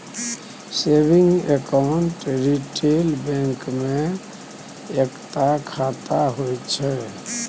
saving account retail bank मे एकता खाता होइ छै